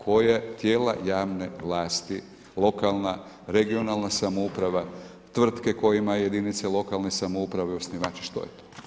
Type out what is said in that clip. Koja tijela javne vlasti, lokalna, regionalna samouprava, tvrtke koje ima jedinica lokalne samouprave osnivači, što je to?